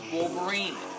Wolverine